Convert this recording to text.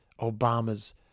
Obama's